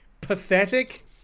pathetic